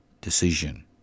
decision